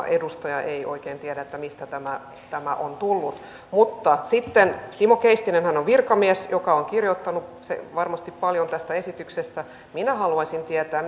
edustaja ei oikein tiedä mistä tämä tämä on tullut mutta timo keistinenhän on virkamies joka on kirjoittanut varmasti paljon tästä esityksestä minä haluaisin tietää